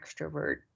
extrovert